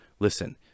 Listen